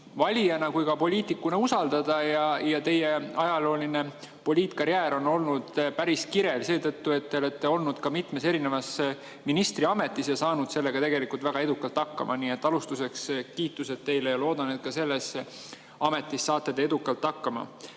valijana kui ka poliitikuna usaldada. Teie ajalooline poliitkarjäär on olnud päris kirev seetõttu, et te olete olnud ka mitmes erinevas ministriametis ja saanud sellega tegelikult väga edukalt hakkama. Nii et alustuseks kiitused teile ja loodan, et saate ka selles ametis edukalt hakkama. Paraku